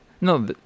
No